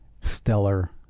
stellar